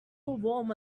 warm